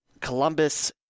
Columbus